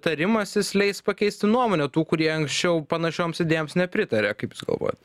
tarimasis leis pakeisti nuomonę tų kurie anksčiau panašioms idėjoms nepritarė kaip jūs galvojat